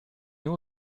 nous